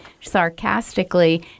sarcastically